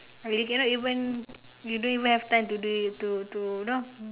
you cannot even you don't even have time to do it to to you know